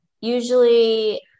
usually